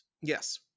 Yes